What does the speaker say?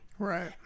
Right